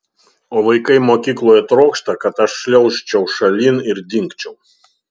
o vaikai mokykloje trokšta kad aš šliaužčiau šalin ir dingčiau